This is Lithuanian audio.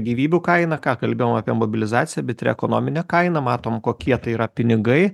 gyvybių kainą ką kalbėjom apie mobilizaciją bet ir ekonominę kainą matom kokie tai yra pinigai